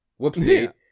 Whoopsie